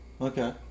Okay